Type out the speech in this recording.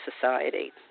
Society